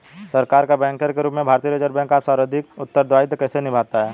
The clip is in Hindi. सरकार का बैंकर के रूप में भारतीय रिज़र्व बैंक अपना सांविधिक उत्तरदायित्व कैसे निभाता है?